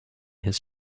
his